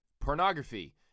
pornography